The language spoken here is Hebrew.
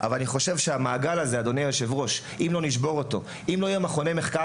אבל אני חושב שאם לא נשבור את המעגל הזה אם לא יהיו מכוני מחקר,